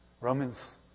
Romans